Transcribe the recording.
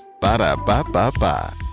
Ba-da-ba-ba-ba